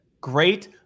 great